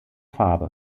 farbe